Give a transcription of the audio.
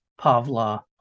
Pavla